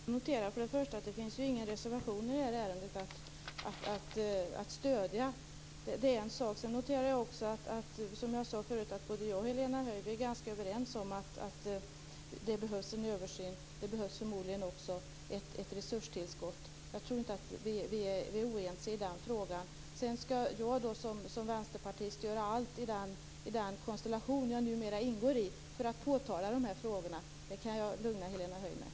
Fru talman! Jag noterar för det första att det inte finns någon reservation att stödja i det här ärendet. Det är en sak. För det andra noterar jag, som jag sade förut, att Helena Höij och jag är ganska överens om att det behövs en översyn. Det behövs förmodligen också ett resurstillskott. Jag tror inte att vi är oense i den frågan. Sedan skall jag som vänsterpartist göra allt i den konstellation som jag numera ingår i för att påtala de här frågorna. Det kan jag lugna Helena Höij med.